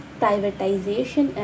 privatization